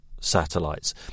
satellites